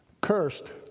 cursed